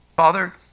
Father